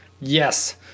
yes